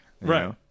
Right